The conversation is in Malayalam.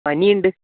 പനിയുണ്ട്